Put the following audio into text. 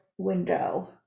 window